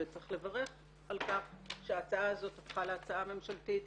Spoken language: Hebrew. וצריך לברך על כך שההצעה הזאת הפכה להצעה ממשלתית,